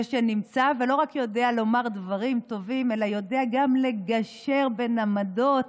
זה שנמצא ולא רק יודע לומר דברים טובים אלא יודע גם לגשר בין עמדות